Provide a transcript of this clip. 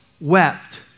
wept